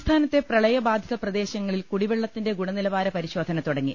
സംസ്ഥാനത്തെ പ്രളയബാധിത്യപ്രദേശങ്ങളിൽ കുടിവെ ള്ളത്തിന്റെ ഗുണനിലവാര പരിശോധന തുടങ്ങി